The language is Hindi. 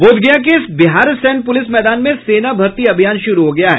बोधगया के बिहार सैन्य पूलिस मैदान में सेना भर्ती अभियान शुरू हो गया है